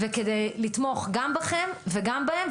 וכדי לתמוך גם בכם וגם בהם,